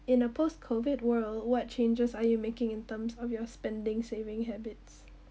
in a post COVID world what changes are you making in terms of your spending saving habits